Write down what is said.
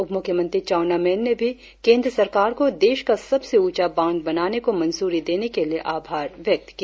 उप मुख्यमंत्री चाउना मेन ने भी केंद्र सरकार को देश का सबसे ऊंचा बांध बनाने को मंजूरी देने के लिए आभार व्यक्त किया